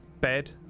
bed